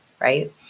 Right